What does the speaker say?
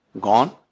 gone